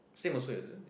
same also is it